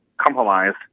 compromise